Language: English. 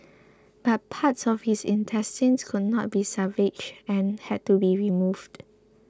but parts of his intestines could not be salvaged and had to be removed